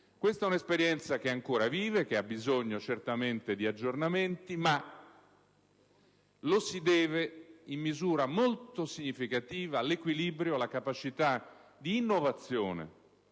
tratta di un'esperienza che ancora vive e che ha bisogno certamente di aggiornamenti, ma la si deve in misura molto significativa all'equilibrio, alla capacità di innovazione